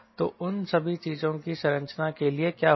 तो उन सभी चीजों की संरचना के लिए क्या होगा